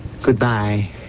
Goodbye